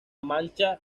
mancha